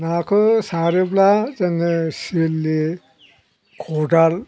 नाखौ सारोब्ला जोङो सिलि खदाल